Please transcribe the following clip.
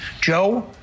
joe